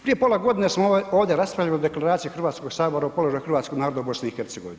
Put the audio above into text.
Prije pola godine smo ovdje raspravljali o Deklaraciji Hrvatskog sabora o položaju hrvatskog naroda u BiH.